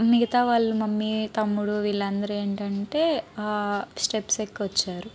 మిగితా వాళ్ళు మమ్మీ తమ్ముడు వీళ్లందరూ ఏంటంటే స్టెప్స్ ఎక్కొచ్చారు